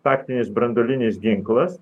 taktinis branduolinis ginklas